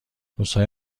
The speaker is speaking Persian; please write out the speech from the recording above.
روزهای